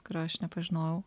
kurio aš nepažinojau